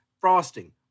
frosting